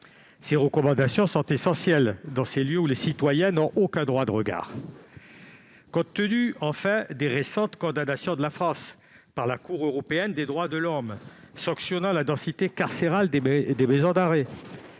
Ses recommandations sont essentielles dans ces lieux où les citoyens n'ont aucun droit de regard. Compte tenu par ailleurs des récentes condamnations de la France par la Cour européenne des droits de l'homme, sanctionnant la densité carcérale des maisons d'arrêt